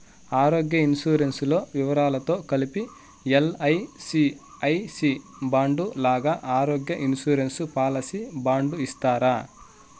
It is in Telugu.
ఆరోగ్య ఇన్సూరెన్సు లో వివరాలతో కలిపి ఎల్.ఐ.సి ఐ సి బాండు లాగా ఆరోగ్య ఇన్సూరెన్సు పాలసీ బాండు ఇస్తారా?